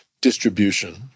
distribution